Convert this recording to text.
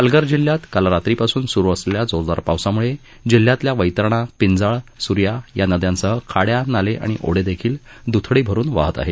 पालघर जिल्ह्यात काल रात्रीपासून सुरु असलेल्या जोरदार पावसामूळे जिल्ह्यातल्या वैतरणा पिंजाळ सूर्या या नद्यांसह खाड्या नाले आणि ओढेदेखील द्थडी भरून वाहत आहेत